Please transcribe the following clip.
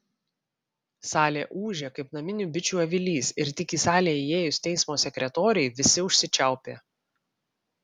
salė ūžė kaip naminių bičių avilys ir tik į salę įėjus teismo sekretorei visi užsičiaupė